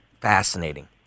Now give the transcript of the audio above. fascinating